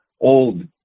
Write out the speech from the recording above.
old